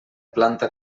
planta